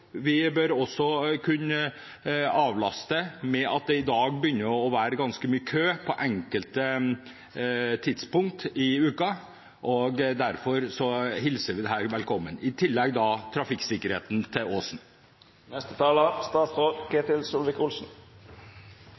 Vi bør også kunne avlaste med tanke på at det i dag begynner å bli ganske mye kø på enkelte tidspunkt i uken. Derfor hilser vi dette velkommen – og i tillegg trafikksikkerheten til